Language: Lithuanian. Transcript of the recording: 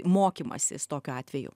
mokymasis tokiu atveju